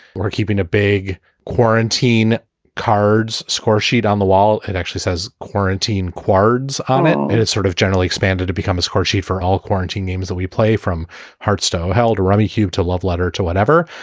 we're keeping a big quarantine cards scoresheet on the wall that actually says quarantine cards on it. and it's sort of general expanded to become a scoresheet for all quarantine games that we play from hartstein held rummy cube to love letter to whatever.